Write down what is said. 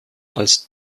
als